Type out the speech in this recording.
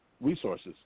resources